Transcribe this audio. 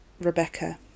Rebecca